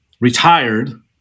retired